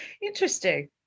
Interesting